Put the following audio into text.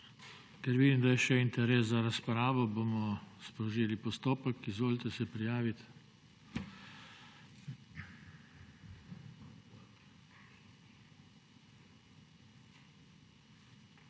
Ker vidim, da je še interes za razpravo, bomo sprožili postopek. Izvolite se prijaviti.